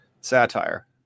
satire